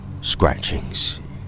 scratchings